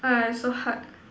!aiya! so hard